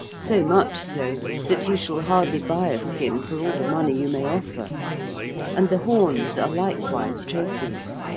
so much so that you shall hardly buy a skin for all the money you may offer and the horns are likewise trophies.